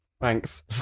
Thanks